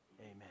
Amen